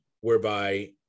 whereby